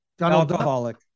Alcoholic